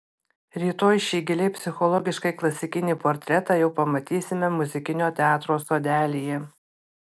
rytoj šį giliai psichologiškai klasikinį portretą jau pamatysime muzikinio teatro sodelyje